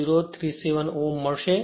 037 Ω મળશે